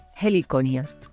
Heliconia